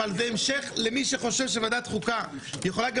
אבל זה המשך למי שחושב שוועדת חוקה יכולה להיות